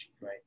right